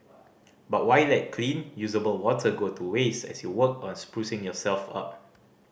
but why let clean usable water go to waste as you work on sprucing yourself up